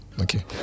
Okay